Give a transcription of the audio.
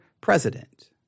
president